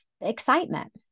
excitement